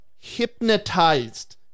hypnotized